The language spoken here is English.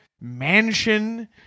Mansion